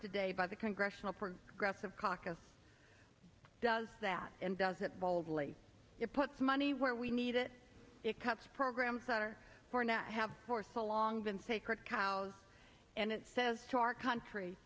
today by the congressional progressive caucus does that and does it boldly it puts money where we need it it cuts programs that are for not have for so long been sacred cows and it says to our country